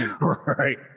Right